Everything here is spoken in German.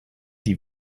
die